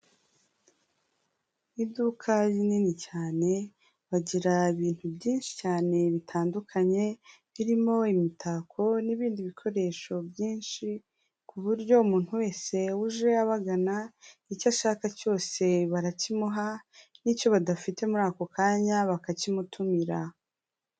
Iduka rinini cyane, bagira ibintu byinshi cyane bitandukanye, ririmo imitako n'ibindi bikoresho byinshi, ku buryo umuntu wese uje abagana, icyo ashaka cyose barakimuha n'icyo badafite muri ako kanya bakakimutumira.